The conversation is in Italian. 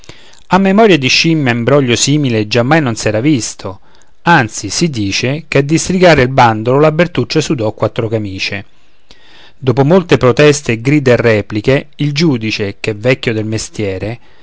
a memoria di scimmia imbroglio simile giammai non s'era visto anzi si dice che a distrigare il bandolo la bertuccia sudò quattro camicie dopo molte proteste e grida e repliche il giudice ch'è vecchio del mestiero